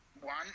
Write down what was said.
one